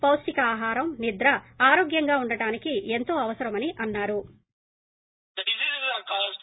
పొష్టిక ఆహారం నిద్ర ఆరోగ్యం గా ఉండటానికి ఏంతో అవసరమని అన్నారు